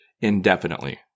indefinitely